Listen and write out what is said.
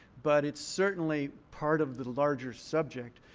but it's certainly part of the larger subject.